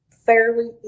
fairly